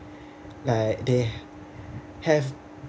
like they have